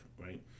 right